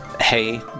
Hey